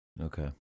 Okay